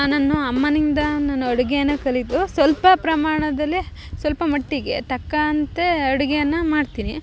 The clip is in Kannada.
ನಾನು ಅಮ್ಮನಿಂದ ನಾನು ಅಡುಗೆ ಕಲಿತು ಸ್ವಲ್ಪ ಪ್ರಮಾಣದಲ್ಲೇ ಸ್ವಲ್ಪ ಮಟ್ಟಿಗೆ ತಕ್ಕಂತೆ ಅಡುಗೆಯನ್ನು ಮಾಡ್ತೀನಿ